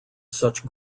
such